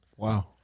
Wow